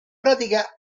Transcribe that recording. pratica